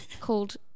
called